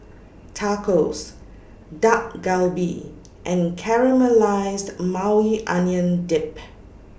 Tacos Dak Galbi and Caramelized Maui Onion Dip